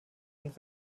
und